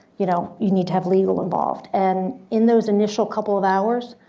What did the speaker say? you know you need to have legal involved and in those initial couple of hours,